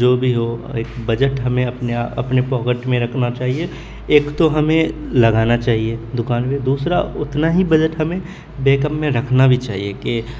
جو بھی ہو ایک بجٹ ہمیں اپنے اپنے پاکٹ میں رکھنا چاہیے ایک تو ہمیں لگانا چاہیے دوکان پہ دوسرا اتنا ہی بجٹ ہمیں بیک اپ میں رکھنا بھی چاہیے کہ